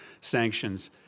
sanctions